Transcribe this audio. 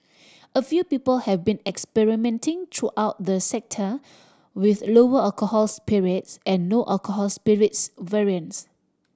a few people have been experimenting throughout the sector with lower alcohol spirits and no alcohol spirits variants